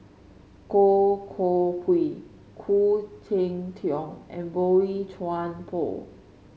Goh Koh Pui Khoo Cheng Tiong and Boey Chuan Poh